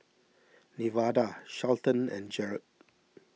Nevada Shelton and Jerod